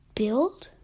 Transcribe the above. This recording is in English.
build